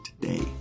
today